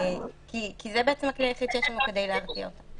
כי זה בעצם הכלי היחיד שיש לנו כדי להרתיע אותם.